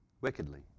Wickedly